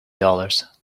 dollars